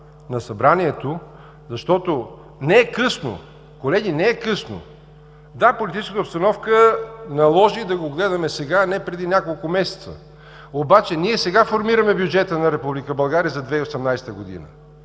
на Събранието, защото не е късно, колеги, не е късно. Да, политическата обстановка наложи да го гледаме сега, а не преди няколко месеца, обаче ние сега формираме бюджета на Република